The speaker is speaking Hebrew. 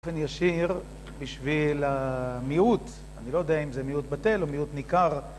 אופן ישיר בשביל המיעוט, אני לא יודע אם זה מיעוט בטל או מיעוט ניכר